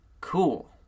Cool